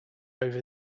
over